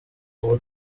ubu